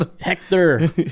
Hector